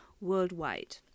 worldwide